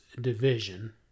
division